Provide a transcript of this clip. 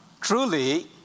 Truly